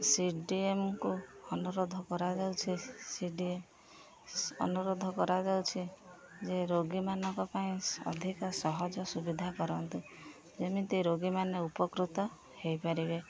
ସିଡିଏମ୍କୁ ଅନୁରୋଧ କରାଯାଉଛି C D M ଅନୁରୋଧ କରାଯାଉଛି ଯେ ରୋଗୀମାନଙ୍କ ପାଇଁ ଅଧିକ ସହଜ ସୁବିଧା କରନ୍ତୁ ଯେମିତି ରୋଗୀମାନେ ଉପକୃତ ହେଇପାରିବେ